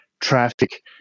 traffic